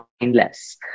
mindless